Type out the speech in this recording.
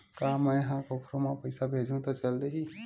का मै ह कोखरो म पईसा भेजहु त चल देही?